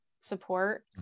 support